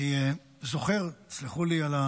זכור לי,